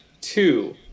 two